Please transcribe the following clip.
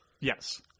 Yes